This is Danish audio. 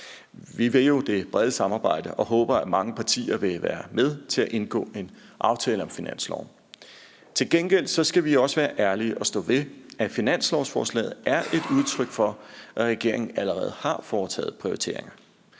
Vi vil jo det brede samarbejde og håber, at mange partier vil være med til at indgå en aftale om finansloven. Til gengæld skal vi også være ærlige og stå ved, at finanslovsforslaget er et udtryk for, at regeringen allerede har foretaget prioriteringer.